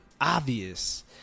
obvious